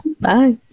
Bye